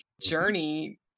journey